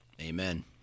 Amen